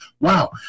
Wow